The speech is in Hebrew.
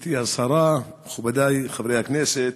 גברתי השרה, מכובדי חברי הכנסת,